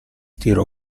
tiro